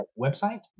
website